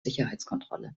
sicherheitskontrolle